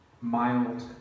Mild